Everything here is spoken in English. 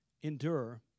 endure